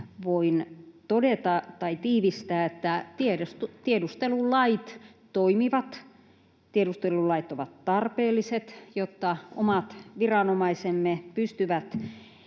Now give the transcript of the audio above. voin tiivistää, että tiedustelulait toimivat, tiedustelulait ovat tarpeelliset, jotta omat viranomaisemme pystyvät